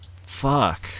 Fuck